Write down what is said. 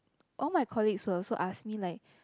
all my colleagues will also ask me like